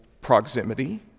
proximity